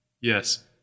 Yes